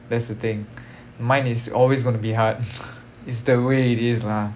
that's the thing mine is always going to be hard is the way it is lah